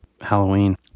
Halloween